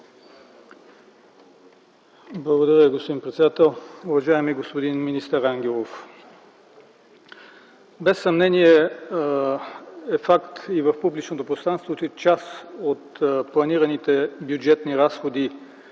Благодаря, господин председател. Уважаеми господин министър Ангелов! Без съмнение е факт – и в публичното пространство, че част от планираните бюджетни разходи